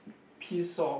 piece of